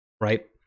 right